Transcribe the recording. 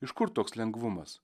iš kur toks lengvumas